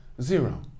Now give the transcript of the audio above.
Zero